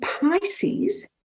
Pisces